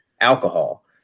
alcohol